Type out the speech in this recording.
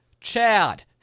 Chad